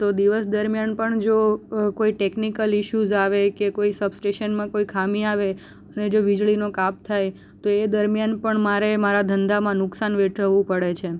તો દિવસ દરમ્યાન પણ જો કોઈ ટેકનિકલ ઇશ્યુઝ આવે કે કોઈ સબસ્ટેશનમાં કોઈ ખામી આવે અને જો વીજળીનો કાપ થાય તો એ દરમ્યાન પણ મારે મારા ધંધામાં નુકસાન વેઠવવું પડે છે